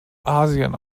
asien